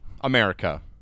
america